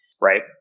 right